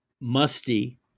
musty